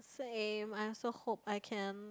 same I also hope I can